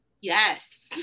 Yes